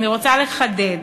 אני רוצה לחדד